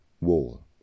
wall